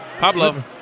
Pablo